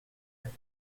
elle